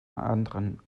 anderen